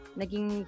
naging